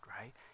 right